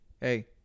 Hey